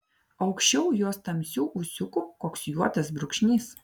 aukščiau jos tamsių ūsiukų koks juodas brūkšnys